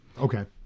Okay